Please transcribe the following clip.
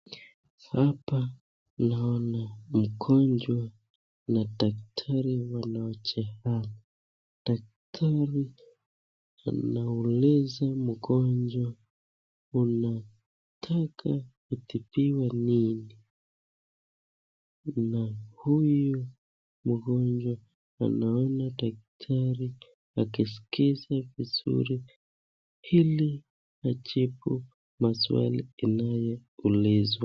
Hapa naona mgonjwa na dakrati wanaojehamu. Daktari anauliza mgonjwa unataka utibiwe nini, na huyu mgonjwa anaona daktari akisikiza vizuri ili ajibu maswali inayoulizwa.